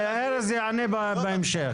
ארז יענה בהמשך.